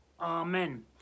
Amen